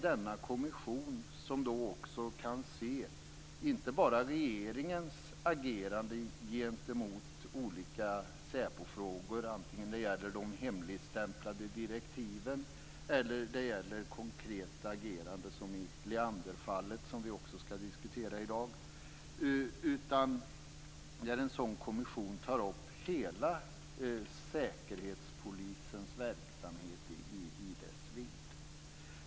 Denna kommission kan inte bara se regeringens agerande gentemot olika säpofrågor - vare sig det gäller de hemligstämplade direktiven eller det gäller ett konkret agerande, som i Leanderfallet, som vi också skall diskutera här i dag - utan också ta upp Säkerhetspolisens arbete i hela dess vidd.